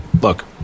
look